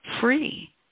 free